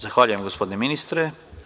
Zahvaljujem, gospodine ministre.